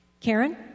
Karen